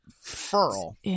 Furl